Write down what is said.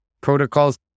protocols